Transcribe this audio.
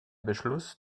beschluss